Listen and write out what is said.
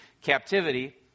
captivity